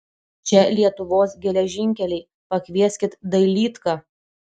čia lietuvos geležinkeliai pakvieskit dailydką